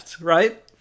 right